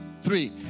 three